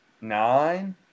nine